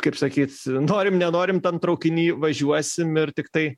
kaip sakyt norim nenorim tam traukiny važiuosim ir tiktai